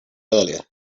earlier